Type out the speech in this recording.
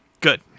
Good